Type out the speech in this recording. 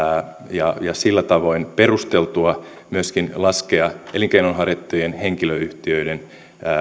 ja sillä tavoin perusteltua myöskin laskea elinkeinonharjoittajien henkilöyhtiöiden